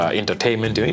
entertainment